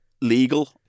legal